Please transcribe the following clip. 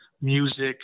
music